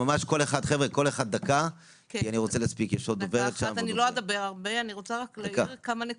רוצה להעיר כמה נקודות.